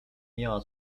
miała